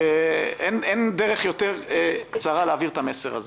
אין דרך יותר קצרה להעביר את המסר הזה.